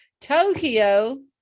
Tokyo